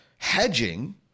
Hedging